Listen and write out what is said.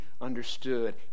understood